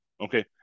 Okay